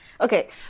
Okay